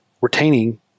retaining